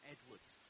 Edwards